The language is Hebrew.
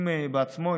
אם בעצמו,